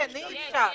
אין, אי אפשר.